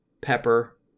pepper